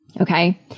Okay